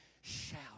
shout